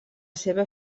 seva